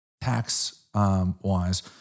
tax-wise